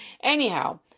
Anyhow